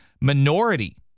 minority